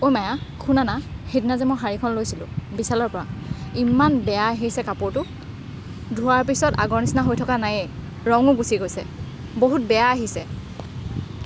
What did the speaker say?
অ' মায়া শুনানা সেইদিনা যে মই শাড়ীখন লৈছিলোঁ বিশালৰ পৰা ইমান বেয়া আহিছে কাপোৰটো ধোৱাৰ পিছত আগৰ নিচিনা হৈ থকা নায়েই ৰঙো গুছি গৈছে বহুত বেয়া আহিছে